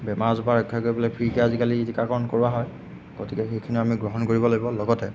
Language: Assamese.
বেমাৰ আজাৰৰপৰা ৰক্ষা কৰিবলৈ ফ্ৰীকৈ আজিকালি টিকাকৰণ কৰোৱা হয় গতিকে সেইখিনিও আমি গ্ৰহণ কৰিব লাগিব লগতে